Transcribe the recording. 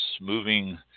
moving